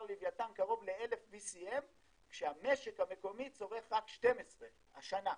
ללווייתן קרוב ל-1,000 BCM כשהמשק המקומי צורך רק 12 השנה.